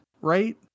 right